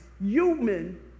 human